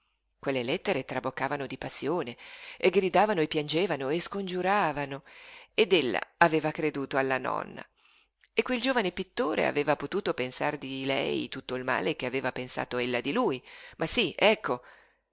lei quelle lettere riboccavano di passione gridavano e piangevano e scongiuravano ed ella aveva creduto alla nonna e quel giovine aveva potuto pensar di lei tutto il male che ella aveva pensato di lui ma sí ecco